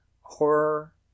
horror